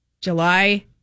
July